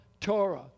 Torah